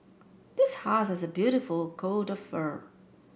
this husky has a beautiful coat of fur